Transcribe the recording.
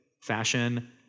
fashion